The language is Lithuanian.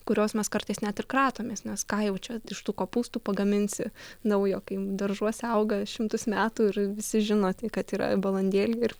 kurios mes kartais net ir kratomės nes ką jaučia iš tų kopūstų pagaminsi naujo kai daržuose auga šimtus metų ir visi žino kad yra balandėliai ir